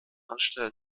anstelle